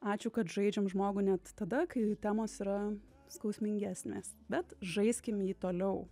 ačiū kad žaidžiam žmogų net tada kai temos yra skausmingesnės bet žaiskim jį toliau